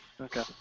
Okay